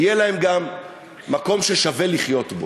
יהיה להם גם מקום ששווה לחיות בו.